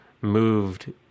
moved